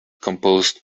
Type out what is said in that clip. composed